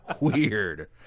Weird